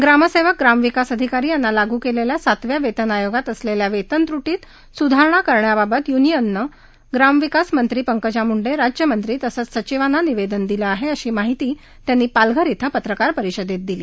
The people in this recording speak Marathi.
ग्रामसेवक ग्राम विकास अधिकारी यांना लागू केलेल्या सातव्या वेतन आयोगात असलेल्या वेतनत्र्टीत सुधारणा करण्याबाबत युनियनने ग्रामविकास मंत्री पंकजा मुंडे राज्यमंत्री तसंच सचिवांना निवेदन दिलं आहे अशी माहिती त्यांनी पालघर इथं पत्रकार परिषदेत दिली